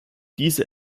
diese